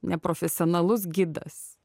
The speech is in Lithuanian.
neprofesionalus gidas